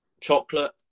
chocolate